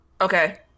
Okay